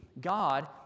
God